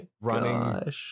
running